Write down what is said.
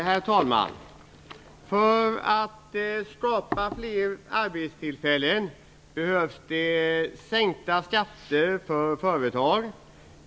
Herr talman! För att skapa fler arbetstillfällen behövs det sänkta skatter för företag.